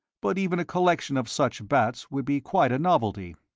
but even a collection of such bats would be quite a novelty.